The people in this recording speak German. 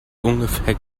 ungefähr